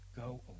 go